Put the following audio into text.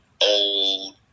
old